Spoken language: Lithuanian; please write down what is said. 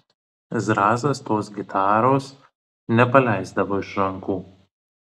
zrazas tos gitaros nepaleisdavo iš rankų